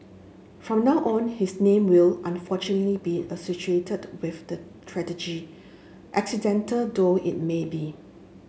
from now on his name will unfortunately be with the tragedy accidental though it may be